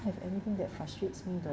have anything that frustrates me that I